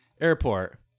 airport